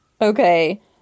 okay